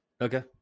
Okay